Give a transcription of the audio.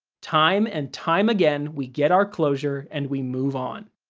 time and time again, we get our closure and we move on.